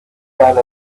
got